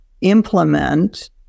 implement